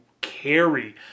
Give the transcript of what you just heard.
carry